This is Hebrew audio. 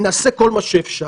נעשה כל מה שאפשר.